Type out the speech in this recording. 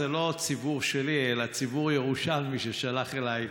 זה לא ציבור שלי אלא ציבור ירושלמי ששלח אליי,